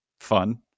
fun